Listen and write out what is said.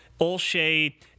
Olshay